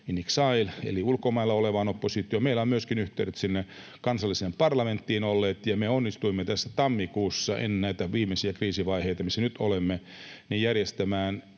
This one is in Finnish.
eli ulkomailla olevaan oppositioon. Meillä on myöskin ollut yhteydet sinne kansalliseen parlamenttiin. Me onnistuimme tammikuussa ennen näitä viimeisiä kriisivaiheita, missä nyt olemme, järjestämään